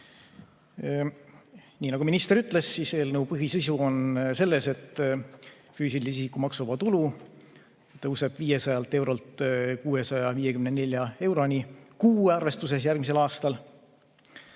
Nii nagu minister ütles, eelnõu põhisisu on selles, et füüsilise isiku maksuvaba tulu tõuseb 500 eurolt 654 euroni kuu arvestuses järgmisel aastal